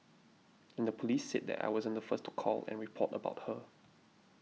and the police said that I wasn't the first to call and report about her